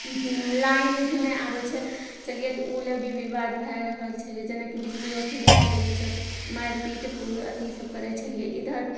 line भी नहि आबय छलिये तऽ उ लए भी विवाद भए रहल छलै जेनाकि बिजली ऑफिस जाके जे छै मारि पीट घू अथी सब करय छलियै इधर